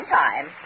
time